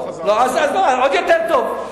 אז עוד יותר טוב.